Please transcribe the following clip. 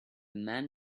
man